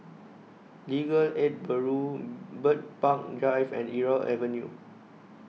Legal Aid Bureau Bird Park Drive and Irau Avenue